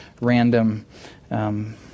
random